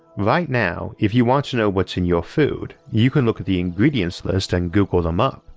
right now if you want to know what's in your food, you can look at the ingredients list and google them up,